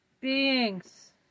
beings